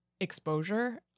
exposure